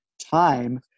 time